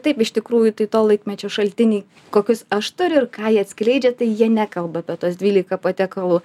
taip iš tikrųjų tai to laikmečio šaltiniai kokius aš turiu ir ką jie atskleidžia tai jie nekalba apie tuos dvylika patekalų